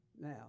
Now